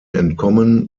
entkommen